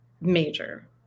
major